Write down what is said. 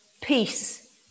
peace